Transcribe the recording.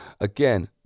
again